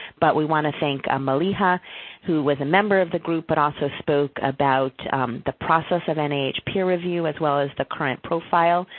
but we want to thank ah maliha who was a member of the group but also spoke about the process of and nih peer review, as well as the current profile.